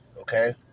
Okay